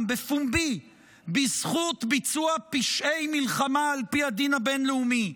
בפומבי בזכות ביצוע פשעי מלחמה על פי הדין הבין-לאומי,